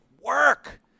work